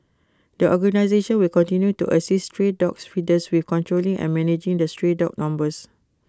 the organisation will continue to assist stray dogs feeders with controlling and managing the stray dog numbers